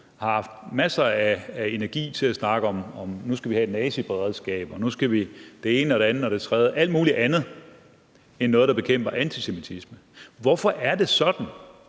har haft masser af energi til at snakke om, at nu skal vi have et naziberedskab, og nu skal vi det ene og det andet og det tredje, altså alt muligt andet end noget, der bekæmper antisemitisme. Hvorfor er det sådan?